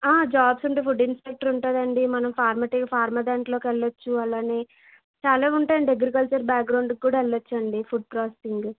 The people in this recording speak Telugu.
జాబ్స్ అంటే ఫుడ్ ఇన్స్పెక్టర్ ఉంటుందండి మనం ఫార్మటి ఫార్మ దాంట్లోకెళ్ళచ్చు అలానే చాలా ఉంటాయండి అగ్రీకల్చర్ బ్యాగ్రౌండ్కి కూడా వెళ్లొచ్చండి ఫుడ్ ప్రాసెసింగు